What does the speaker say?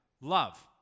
love